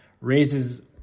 raises